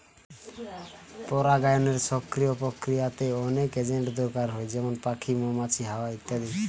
পরাগায়নের সক্রিয় প্রক্রিয়াতে অনেক এজেন্ট দরকার হয় যেমন পাখি, মৌমাছি, হাওয়া ইত্যাদি